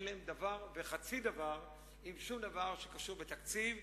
אין להם דבר וחצי דבר עם שום דבר שקשור לתקציב,